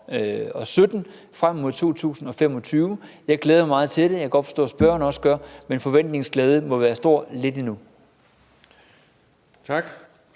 politik frem mod 2025. Jeg glæder mig meget til det, og det kan jeg godt forstå at spørgeren også gør. Men forventningens glæde må være stor lidt endnu. Kl.